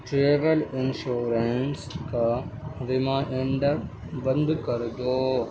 travel insurance کا reminder بند کر دو